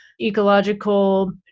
ecological